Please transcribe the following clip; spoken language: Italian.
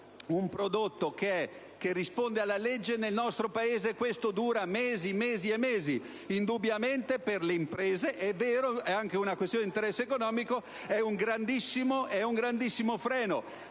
un prodotto risponde alla legge, ma nel nostro Paese questo *iter* dura mesi, mesi e mesi. Indubbiamente per le imprese - è vero, è anche una questione di interesse economico - ciò costituisce un grandissimo freno.